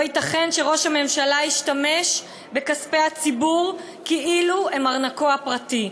לא ייתכן שראש הממשלה ישתמש בכספי הציבור כאילו הם ארנקו הפרטי.